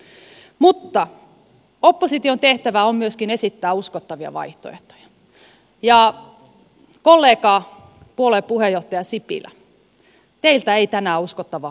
mutta opposition tehtävä on myöskin esittää uskottavia vaihtoehtoja ja kollega puolueen puheenjohtaja sipilä teiltä ei tänään uskottavaa vaihtoehtoa löytynyt